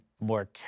more